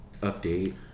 Update